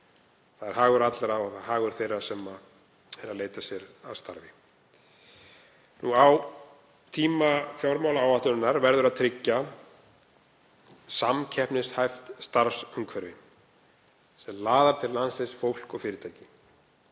Það er hagur allra og hagur þeirra sem eru að leita sér að starfi. Á tíma fjármálaáætlunarinnar verður að tryggja samkeppnishæft starfsumhverfi sem laðar til landsins fólk og fyrirtæki.